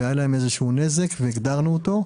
היה להם נזק והגדרנו אותו.